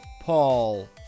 Paul